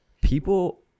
people